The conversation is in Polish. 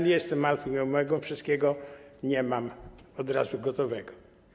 Nie jestem alfą i omegą, wszystkiego nie mam od razu gotowego.